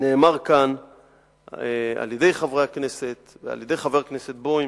נאמר כאן על-ידי חברי הכנסת ועל-ידי חבר הכנסת בוים